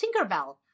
tinkerbell